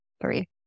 three